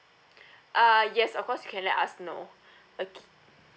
uh yes of course you can let us know okay